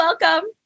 Welcome